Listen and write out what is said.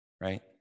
right